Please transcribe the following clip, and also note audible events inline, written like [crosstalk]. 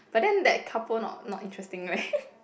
but then that couple not not interesting leh [laughs]